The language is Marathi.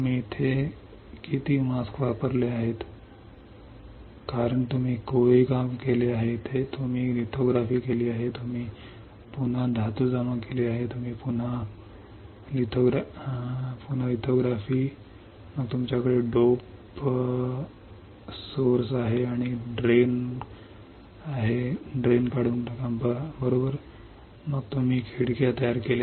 तुम्ही इथे किती मास्क वापरले आहेत कारण तुम्ही कोरीव काम केले आहे तुम्ही लिथोग्राफी केली आहे तुम्ही पुन्हा धातू जमा केली आहे तुम्ही पुन्हा केली आहे लिथोग्राफी मग तुमच्याकडे डोप स्त्रोत आहे आणि बरोबर काढून टाका मग तुम्ही खिडक्या तयार केल्या